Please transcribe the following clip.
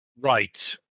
Right